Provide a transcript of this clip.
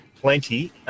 plenty